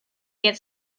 get